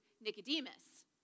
Nicodemus